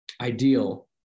ideal